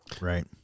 Right